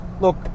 look